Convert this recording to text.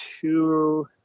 two